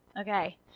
Okay